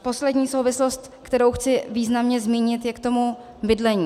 Poslední souvislost, kterou chci významně zmínit, je k tomu bydlení.